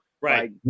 right